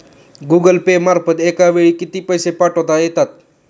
Google Pay मार्फत एका वेळी किती पैसे पाठवता येतात?